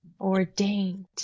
Ordained